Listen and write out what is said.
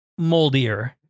moldier